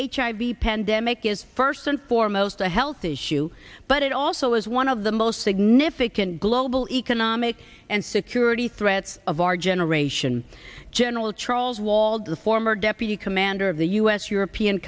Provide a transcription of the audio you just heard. hiv pandemic is first and foremost a health issue but it also is one of the most significant global economic and security threats of our generation general charles wald the former deputy commander of the u s european